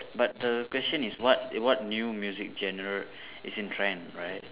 but the question is what what new music general is in trend right